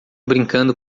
brincando